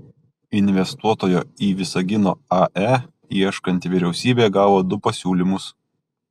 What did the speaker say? investuotojo į visagino ae ieškanti vyriausybė gavo du pasiūlymus